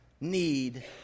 need